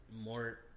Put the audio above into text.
more